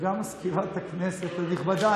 גם מזכירת הכנסת הנכבדה,